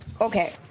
Okay